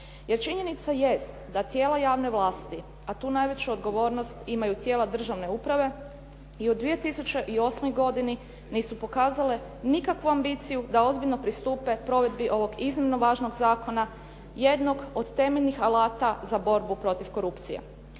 Jer činjenica jest da tijela javne vlasti, a tu najveću odgovornost imaju tijela državne uprave i u 2008. godini nisu pokazale nikakvu ambiciju da ozbiljno pristupe provedbi ovog iznimno važnog zakona, jednog od temeljnih alata za borbu protiv korupcije.